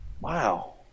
Wow